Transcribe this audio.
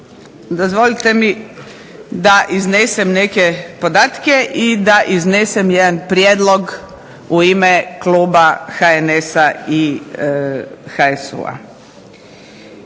Dozvolite mi da iznesem neke podatke i da iznesem jedan prijedlog u ime kluba HNS-HSU-a.